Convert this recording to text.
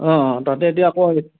অঁ তাতে এতিয়া আকৌ